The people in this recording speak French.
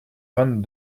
vingt